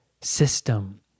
system